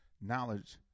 Knowledge